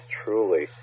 truly